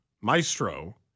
Maestro